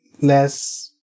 less